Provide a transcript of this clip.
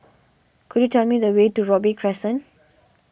could you tell me the way to Robey Crescent